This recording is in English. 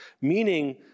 meaning